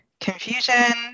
confusion